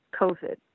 covid